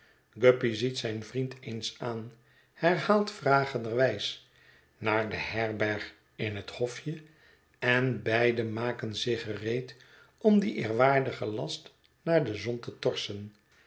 guppy ziet zijn vriend eens aan herhaalt vragenderwijs naar de herberg in het hofje en beide maken zich gereed om dien eerwaar digen last naar de zon te torsenen